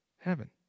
Heaven